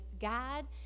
God